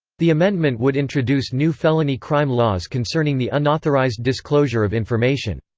the amendment would introduce new felony crime laws concerning the unauthorized disclosure of information.